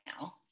now